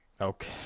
Okay